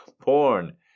Porn